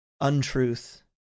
untruth